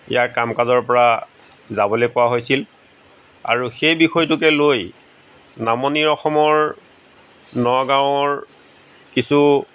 ইয়াৰ কাম কাজৰ পৰা যাবলৈ কোৱা হৈছিল আৰু সেই বিষয়টোকে লৈ নামনি অসমৰ নগাঁৱৰ কিছু